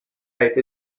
type